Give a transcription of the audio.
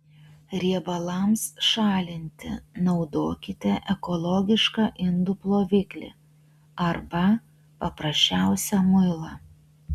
riebalams šalinti naudokite ekologišką indų ploviklį arba paprasčiausią muilą